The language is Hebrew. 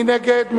מי נגד?